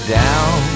down